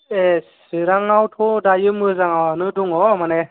ए चिरांआवथ' दायो मोजाङावनो दङ माने